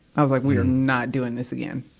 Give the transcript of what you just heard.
i was, like, we are not doing this again.